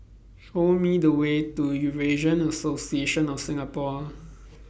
Show Me The Way to Eurasian Association of Singapore